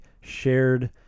shared